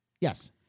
Yes